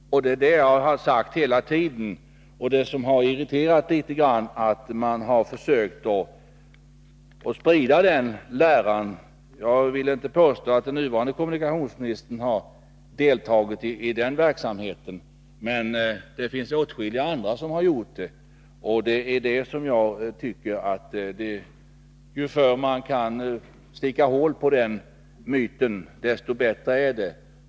Det har jag sagt hela tiden, och det har irriterat mig litet att man har försökt sprida uppfattningen att detta skulle vara möjligt. Jag vill inte påstå att den nuvarande kommunikationsministern har deltagit i den verksamheten, men det finns åtskilliga andra som har gjort det. Och ju förr man kan sticka hål på den myten desto bättre.